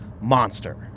monster